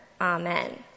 Amen